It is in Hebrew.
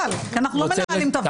חבל, כי אנחנו לא מנהלים את הוועדה.